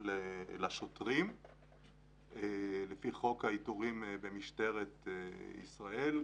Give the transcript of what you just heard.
לשוטרים לפי חוק העיטורים במשטרת ישראל.